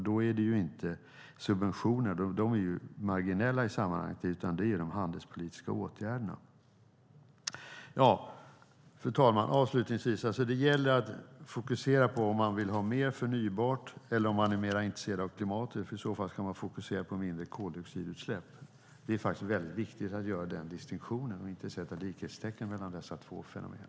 Då är subventioner marginella. Det som räknas är handelspolitiska åtgärder. Fru talman! Det gäller att fokusera på om man vill ha mer förnybart eller om man är mer intresserad av klimatet, för i så fall ska man fokusera på mindre koldioxidutsläpp. Det är viktigt att göra den distinktionen och inte sätta likhetstecken mellan dessa två fenomen.